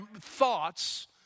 thoughts